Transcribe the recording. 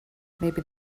maybe